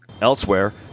Elsewhere